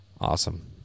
Awesome